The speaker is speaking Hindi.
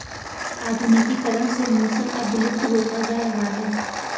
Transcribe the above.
आधुनिकीकरण से मूसल अब विलुप्त होता जा रहा है